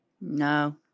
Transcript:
No